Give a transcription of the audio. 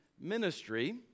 ministry